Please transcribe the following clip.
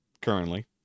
currently